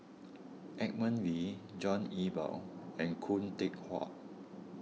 Edmund Wee John Eber and Khoo Teck Puat